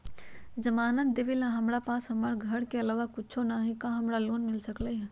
जमानत देवेला हमरा पास हमर घर के अलावा कुछो न ही का हमरा लोन मिल सकई ह?